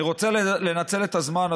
אני רוצה לנצל את הזמן,